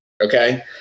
Okay